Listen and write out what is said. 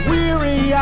Weary